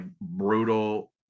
brutal